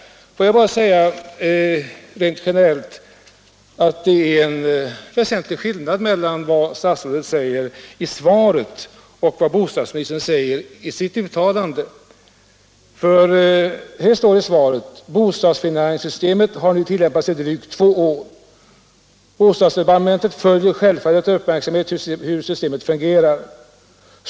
Jag vill rent generellt säga att det är en väsentlig skillnad mellan det som statsrådet säger i svaret och det som bostadsministern säger i sitt uttalande. Det står i svaret: ”Bostadsfinansieringssystemet har nu tillämpats i drygt två år. Bostadsdepartementet följer självfallet uppmärksamt hur systemet fungerar.